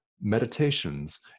meditations